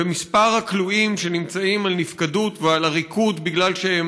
ומספר הכלואים שנמצאים על נפקדות ועל עריקות בגלל שהם